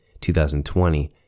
2020